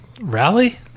rally